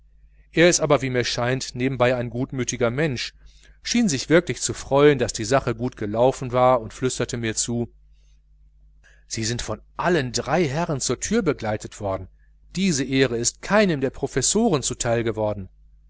er ist aber wie mir scheint nebenbei ein gutmütiger mensch schien sich wirklich zu freuen daß die sache gut abgelaufen war und flüsterte mir zu sie sind von allen drei herren zur türe begleitet worden diese ehre ist keinem der professoren zuteil geworden